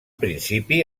principi